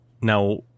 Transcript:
Now